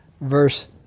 verse